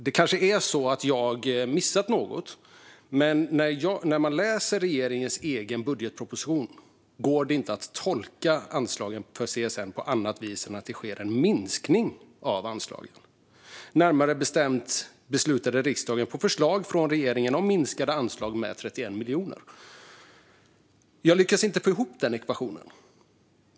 Jag har kanske missat något, men när man läser regeringens egen budgetproposition går det inte att tolka anslagen till CSN på annat vis än som en minskning. Närmare bestämt beslutade riksdagen på förslag från regeringen om minskade anslag med 31 miljoner. Jag lyckas inte få ihop den ekvationen.